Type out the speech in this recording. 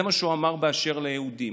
זה מה שהוא אמר באשר ליהודים.